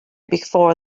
before